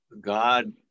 God